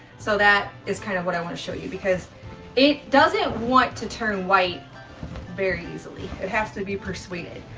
so that is kind of what i want to show you because it doesn't want to turn white very easily. it has to be persuaded.